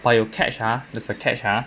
but 有 catch ah there's a catch ah